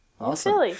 Awesome